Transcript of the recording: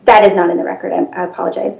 that is not in the record and apologize